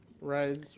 rides